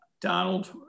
donald